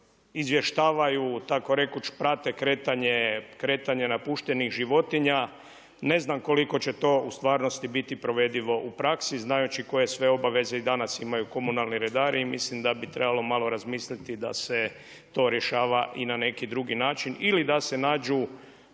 izvještavaju, tako rekuć, prate kretanje napuštenih životinja. Ne znam koliko će to u stvarnosti biti provedivo u praksi znajući koje sve obaveze i danas imaju komunalni redari. I mislim da bi trebalo malo razmisliti da se to rješava i na neki drugi način ili da se nađu